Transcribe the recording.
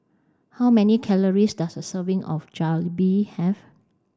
how many calories does a serving of Jalebi have